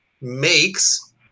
makes